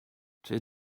czy